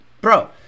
Bro